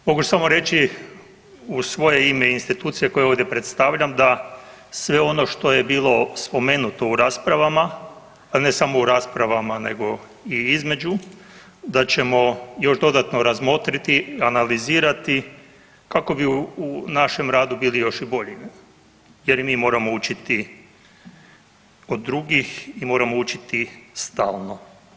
Mogu samo reći u svoje ime i institucije koje ovdje predstavljam da sve ono što je bilo spomenuto u raspravama, a ne samo u raspravama nego i između da ćemo još dodatno razmotriti i analizirati kako bi u našem radu bili još i bolji ne, jer i mi moramo učiti od drugih i moramo učiti stalno.